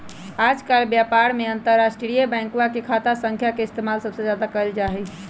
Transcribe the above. आजकल व्यापार में अंतर्राष्ट्रीय बैंकवा के खाता संख्या के इस्तेमाल सबसे ज्यादा कइल जाहई